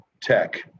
tech